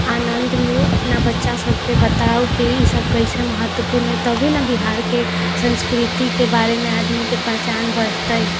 आनन्द लू अपना बच्चा सबके बताबू की ई सब कैसे महत्वपूर्ण है तबे ने बिहारके संस्कृतिके बारेमे आदमीके पहिचान बढ़तै